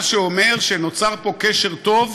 מה שאומר שנוצר פה קשר טוב,